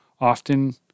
Often